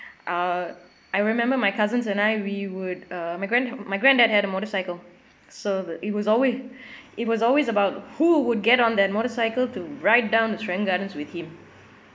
uh I remember my cousins and I we would uh my grand~ my granddad had a motorcycle so the it was alway~ it was always about who would get on that motorcycle to ride down the serangoon gardens with him